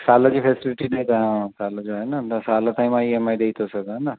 साल जी फ़ेसिलिटी ॾींदा साल जो आहे न त साल ताईं मां ई एम आई ॾई तो सघां न